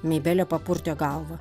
meibelė papurtė galvą